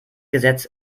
gesetz